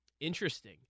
Interesting